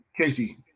Casey